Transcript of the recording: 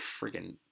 friggin